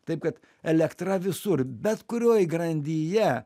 taip kad elektra visur bet kurioj grandyje